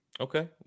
Okay